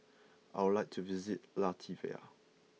I would like to visit Latvia